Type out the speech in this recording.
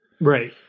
right